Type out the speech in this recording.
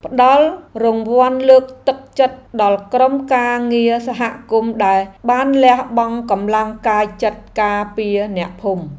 ផ្ដល់រង្វាន់លើកទឹកចិត្តដល់ក្រុមការងារសហគមន៍ដែលបានលះបង់កម្លាំងកាយចិត្តការពារអ្នកភូមិ។